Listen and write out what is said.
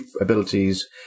abilities